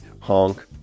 Honk